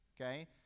Okay